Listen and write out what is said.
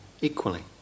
equally